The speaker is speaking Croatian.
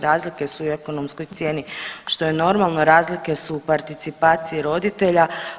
Razlike su i u ekonomskoj cijeni što je normalno, razlike su u participaciji roditelja.